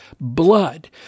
blood